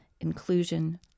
inclusion